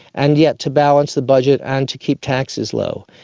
and yet to balance the budget and to keep taxes low.